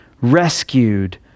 rescued